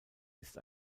ist